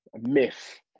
myth